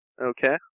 Okay